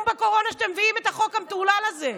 בקורונה שאתם מביאים את החוק המטורלל הזה?